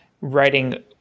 writing